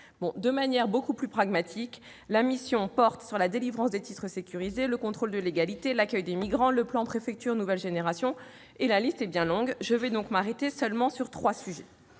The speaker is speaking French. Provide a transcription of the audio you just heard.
De manière plus pragmatique, la mission porte sur la délivrance des titres sécurisés, le contrôle de légalité, l'accueil des migrants, le plan Préfectures nouvelle génération, etc. La liste étant très longue, je m'arrêterai seulement sur trois sujets.